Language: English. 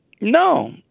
No